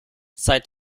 seit